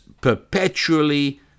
perpetually